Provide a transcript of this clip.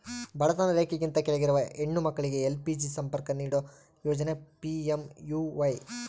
ಬಡತನ ರೇಖೆಗಿಂತ ಕೆಳಗಿರುವ ಹೆಣ್ಣು ಮಕ್ಳಿಗೆ ಎಲ್.ಪಿ.ಜಿ ಸಂಪರ್ಕ ನೀಡೋ ಯೋಜನೆ ಪಿ.ಎಂ.ಯು.ವೈ